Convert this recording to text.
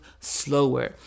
slower